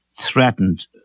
threatened